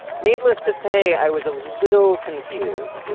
needless to say, i was a little confused.